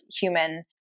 human